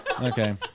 Okay